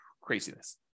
Craziness